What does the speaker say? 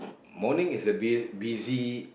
morning is a bit busy